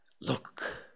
Look